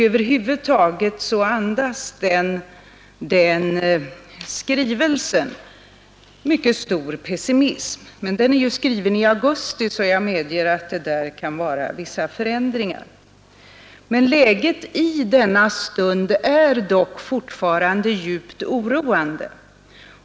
Över huvud taget andas den skrivelsen mycket stor pessimism. Men den har ju gjorts i augusti, så jag medger att det kan ha förekommit vissa förändringar. Läget i denna stund är dock fortfarande djupt oroande.